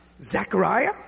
Zechariah